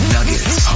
Nuggets